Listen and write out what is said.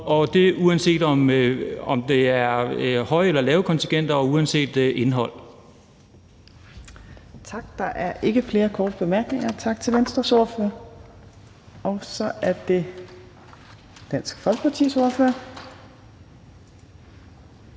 uanset om det er høje eller lave kontingenter og uanset indhold.